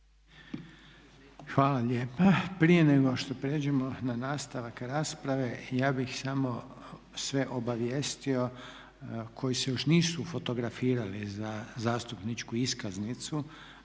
Hvala lijepa. Prije nego što pređemo na nastavak rasprave ja bih samo sve obavijestio koji se još nisu fotografirali za zastupničku iskaznicu